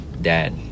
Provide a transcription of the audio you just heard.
dad